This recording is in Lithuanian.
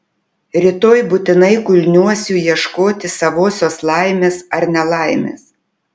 rytoj būtinai kulniuosiu ieškoti savosios laimės ar nelaimės